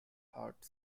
hart